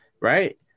right